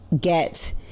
get